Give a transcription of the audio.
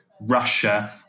Russia